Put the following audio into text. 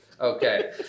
Okay